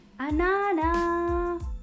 Anana